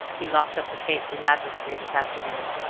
he locked up the case elaborately this afternoon,